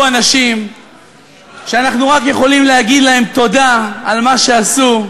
אנשים שאנחנו רק יכולים להגיד להם תודה על מה שעשו,